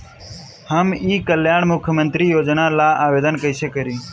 हम ई कल्याण मुख्य्मंत्री योजना ला आवेदन कईसे करी?